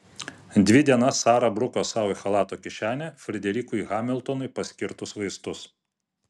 dvi dienas sara bruko sau į chalato kišenę frederikui hamiltonui paskirtus vaistus